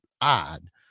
odd